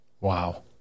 Wow